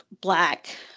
black